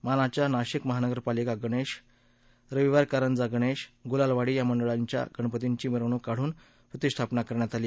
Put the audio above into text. मानाच्या नाशिक महानगरपालिका गणेश रविवार कारंजा गणेश गुलालवाडी या मंडळांच्या गणपतींची मिरवणूक काढून प्रतिष्ठापना करण्यात आली